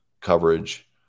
coverage